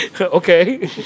Okay